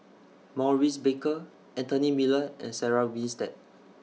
Maurice Baker Anthony Miller and Sarah Winstedt